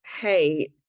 hey